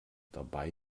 dabei